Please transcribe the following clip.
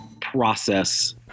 process